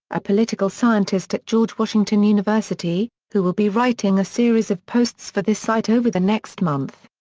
a political scientist at george washington university, who will be writing a series of posts for this site over the next month.